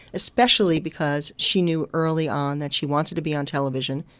especially because she knew early on that she wanted to be on television,